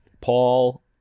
Paul